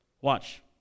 Watch